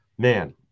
Man